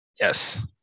Yes